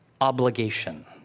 obligation